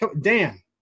dan